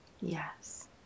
Yes